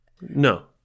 No